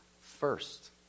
first